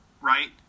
right